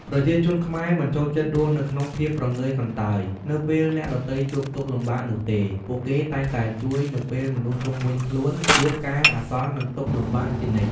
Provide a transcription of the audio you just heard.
ប្រជាជនខ្មែរមិនចូលចិត្តរស់នៅក្នុងភាំពព្រងើយកន្តើយនៅពេលអ្នកដ៏ទៃជួបទុកលំបាកនោះទេ ពួកគេតែងតែជួយនៅពេលមនុស្សជំវិញខ្លួនជួបការអាសន្ននិងទុក្ខលំបាកជានិច្ច។